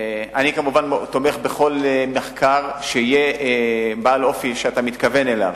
אני כמובן תומך בכל מחקר שיהיה בעל אופי שאתה מתכוון אליו,